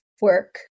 work